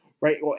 Right